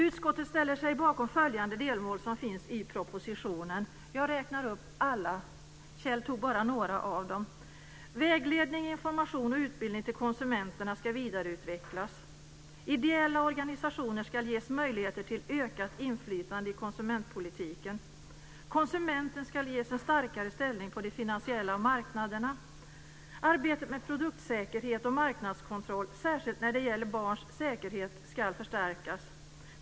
Utskottet ställer sig också bakom följande delmål som finns i propositionen: · Vägledning, information och utbildning till konsumenterna ska vidareutvecklas. · Ideella organisationer ska ges möjligheter till ökat inflytande i konsumentpolitiken. · Konsumenten ska ges en starkare ställning på de finansiella marknaderna. · Arbetet med produktsäkerhet och marknadskontroll, särskilt när det gäller barns säkerhet, ska förstärkas.